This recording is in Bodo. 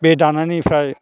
बे दानायनिफ्राय